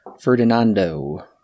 Ferdinando